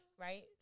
right